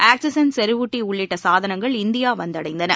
oxygen செறிவூட்டி உள்ளிட்ட சாதனங்கள் இந்தியா வந்தடைந்தன